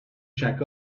check